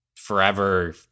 forever